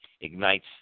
ignites